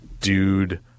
dude-